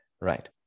Right